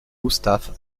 gustaf